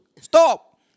Stop